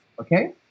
Okay